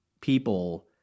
people